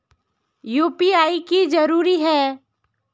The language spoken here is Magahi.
यु.पी.आई की जरूरी है?